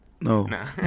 No